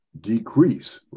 decrease